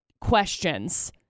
questions